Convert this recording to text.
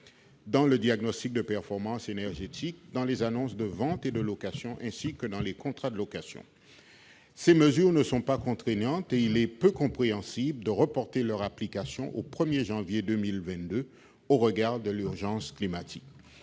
dans le diagnostic de performance énergétique dans les annonces de vente et de location, ainsi que dans les contrats de location. Ces mesures ne sont pas contraignantes et il est peu compréhensible de reporter leur application au 1 janvier 2022 au regard de l'urgence climatique.